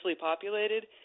populated